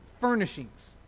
furnishings